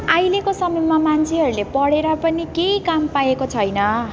अहिलेको समयमा मान्छेहरूले पढेर पनि केही काम पाएको छैन